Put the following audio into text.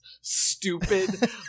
stupid